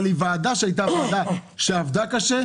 אבל היא ועדה שעבדה קשה,